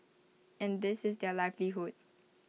and this is their livelihood